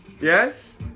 yes